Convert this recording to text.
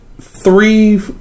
three